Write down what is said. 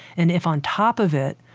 and if on top of it,